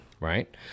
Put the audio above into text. right